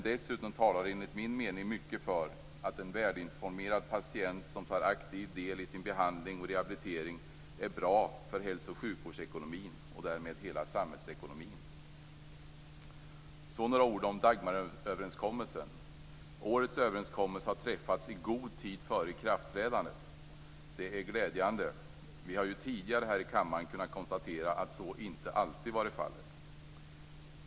Dessutom talar enligt min mening mycket för att en välinformerad patient som aktivt tar del i sin behandling och rehabilitering är bra för hälso och sjukvårdens ekonomi och därmed hela samhällsekonomin. Så några ord om Dagmaröverenskommelsen. Årets överenskommelse har träffats i god tid före ikraftträdandet. Det är glädjande. Vi har tidigare här i kammaren kunnat konstatera att så inte alltid varit fallet.